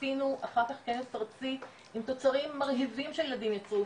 עשינו אחר כך כנס ארצי עם תוצרים מרהיבים שהילדים יצרו,